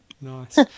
Nice